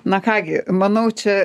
na ką gi manau čia